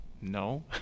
no